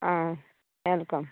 आं वॅलकाम